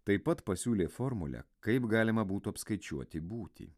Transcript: taip pat pasiūlė formulę kaip galima būtų apskaičiuoti būtį